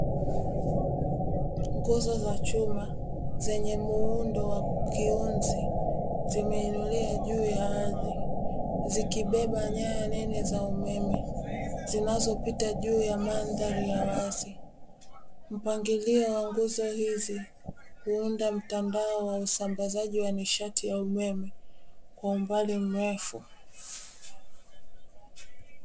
Nguzo za chuma zenye muundo wa kiunzi, zimeelea juu ya ardhi, zikibeba nyaya nene za umeme zinazopita juu ya mandhari ya wazi. Mpangilio wa nguzo hizi huunda mtandao wa usambazaji wa nishati ya umeme kwa umbali mrefu.